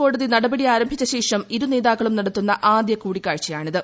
കോടതി നടപടി ആരംഭിച്ചശേഷം ഇരുനേതാക്കളും നട്ടിത്തുന്ന ആദ്യ കൂടിക്കാഴ്ചയാണിത്